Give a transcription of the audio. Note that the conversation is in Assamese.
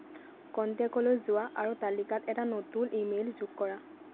কন্টেকলৈ যোৱা আৰু তালিকাত এটা নতুন ইমেইল যোগ কৰা